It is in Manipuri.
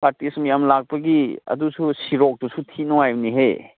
ꯄꯥꯔꯇꯤꯁꯨ ꯃꯌꯥꯝ ꯂꯥꯛꯄꯒꯤ ꯑꯗꯨꯁꯨ ꯁꯤꯔꯣꯛꯇꯨꯁꯨ ꯊꯤ ꯅꯨꯡꯉꯥꯏꯕꯅꯤꯍꯦ